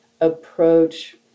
approach